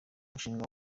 umushinga